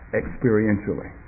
experientially